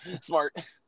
Smart